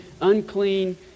unclean